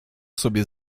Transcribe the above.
sobie